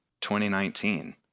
2019